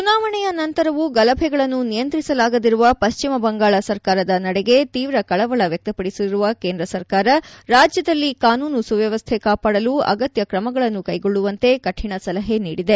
ಚುನಾವಣೆಯ ನಂತರವೂ ಗಲಭೆಗಳನ್ನು ನಿಯಂತ್ರಿಸಲಾಗದಿರುವ ಪಶ್ಚಿಮ ಬಂಗಾಳ ಸರ್ಕಾರದ ನಡೆಗೆ ತೀವ್ರ ಕಳವಳ ವ್ಯಕ್ತಪಡಿಸಿರುವ ಕೇಂದ್ರ ಸರ್ಕಾರ ರಾಜ್ಯದಲ್ಲಿ ಕಾನೂನು ಸುವ್ವವಸ್ಥೆ ಕಾಪಾಡಲು ಅಗತ್ಯ ಕ್ರಮಗಳನ್ನು ಕೈಗೊಳ್ಳುವಂತೆ ಕಠಣ ಸಲಹೆ ನೀಡಿದೆ